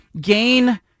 gain